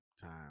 time